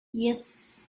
yes